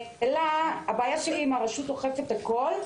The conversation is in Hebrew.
הבעיה שלי אם הרשות אוכפת הכול,